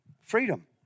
freedom